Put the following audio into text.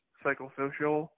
psychosocial